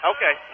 Okay